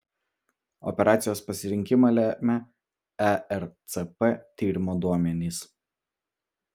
operacijos pasirinkimą lemia ercp tyrimo duomenys